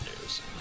news